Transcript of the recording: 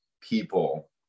people